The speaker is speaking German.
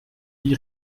die